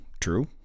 True